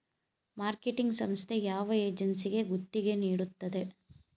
Marketing ಸಂಸ್ಥೆ ಯಾವ ಏಜೆನ್ಸಿಗೆ ಗುತ್ತಿಗೆ ನೀಡುತ್ತದೆ?